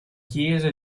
chiesa